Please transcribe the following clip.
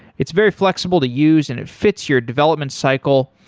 it's very flexible to use and it fits your development cycle.